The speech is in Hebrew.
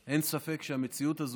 אין ספק שהמציאות הזאת,